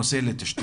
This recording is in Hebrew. זה נושא לתשתיות,